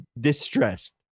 distressed